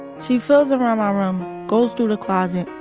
she feels around my room, goes through the closet,